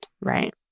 Right